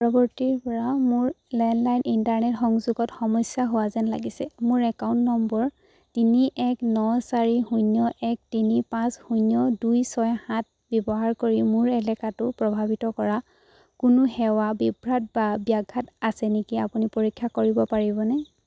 পৰৱৰ্তীৰ পৰা মোৰ landline internet সংযোগত সমস্যা হোৱা যেন লাগিছে মোৰ একাউণ্ট নম্বৰ তিনি এক ন চাৰি শূন্য এক তিনি পাঁচ শূন্য দুই ছয় সাত ব্যৱহাৰ কৰি মোৰ এলেকাটো প্ৰভাৱিত কৰা কোনো সেৱা বিভ্ৰাট বা ব্যাঘাত আছে নেকি আপুনি পৰীক্ষা কৰিব পাৰিবনে